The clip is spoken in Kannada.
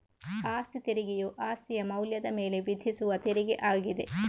ಅಸ್ತಿ ತೆರಿಗೆಯು ಅಸ್ತಿಯ ಮೌಲ್ಯದ ಮೇಲೆ ವಿಧಿಸುವ ತೆರಿಗೆ ಆಗಿದೆ